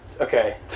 Okay